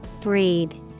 Breed